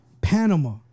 Panama